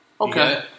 Okay